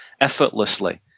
effortlessly